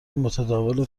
متداول